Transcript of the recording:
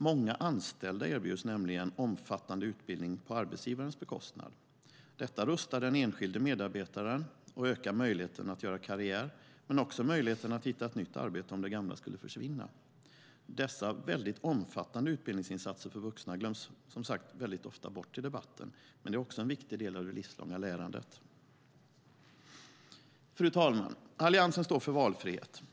Många anställda erbjuds nämligen omfattande utbildning på arbetsgivarens bekostnad. Detta rustar den enskilde medarbetaren och ökar möjligheten att göra karriär men också möjligheten att hitta nytt arbete om det gamla skulle försvinna. Dessa omfattande utbildningsinsatser för vuxna glöms som sagt ofta bort i debatten men är en viktig del av det livslånga lärandet. Fru talman! Alliansen står för valfrihet.